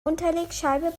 unterlegscheibe